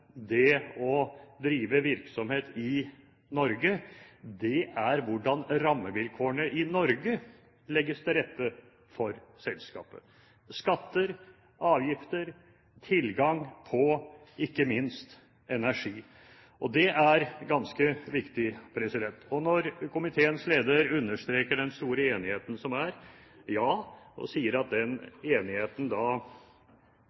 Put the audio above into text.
det å drive virksomhet i Norge, er hvordan rammevilkårene i Norge legges til rette for selskapet – skatter, avgifter og tilgang på ikke minst energi. Det er ganske viktig. Når komiteens leder understreker den store enigheten som er, ja, og sier at den